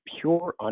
pure